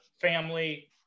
family